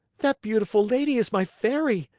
that beautiful lady is my fairy!